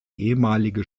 ehemalige